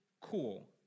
cool